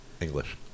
English